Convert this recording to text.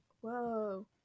Whoa